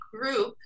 group